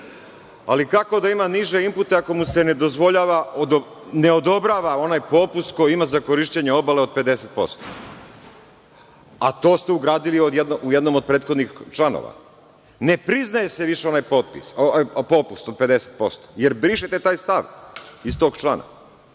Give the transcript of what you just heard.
ali kako da ima niže inpute ako mu se ne odobrava onaj popust koji ima za korišćenje obale od 50%, a to ste ugradili u jednom u prethodnih članova. Ne priznaje se više onaj popust od 50%, jer brišete taj stav iz tog člana. Sada